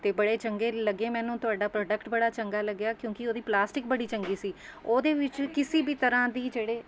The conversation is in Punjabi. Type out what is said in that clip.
ਅਤੇ ਬੜੇ ਚੰਗੇ ਲੱਗੇ ਮੈਨੂੰ ਤੁਹਾਡਾ ਪ੍ਰੋਡਕਟ ਬੜਾ ਚੰਗਾ ਲੱਗਿਆ ਕਿਉਂਕਿ ਉਹਦੀ ਪਲਾਸਟਿਕ ਬੜੀ ਚੰਗੀ ਸੀ ਉਹਦੇ ਵਿੱਚ ਕਿਸੀ ਵੀ ਤਰ੍ਹਾਂ ਦੀ ਜਿਹੜੇ